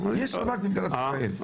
יש שב"כ במדינת ישראל.